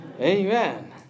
Amen